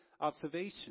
observation